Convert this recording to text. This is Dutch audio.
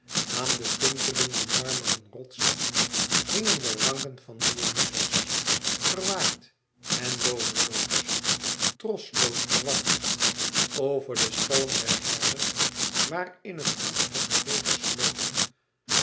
aan de tintelende marmeren rotsen hingen de ranken van dionyzos verwaaid en looverloos trosloos verward over de stallen der herders waar in het angstige vee